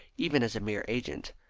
even as a mere agent.